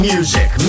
Music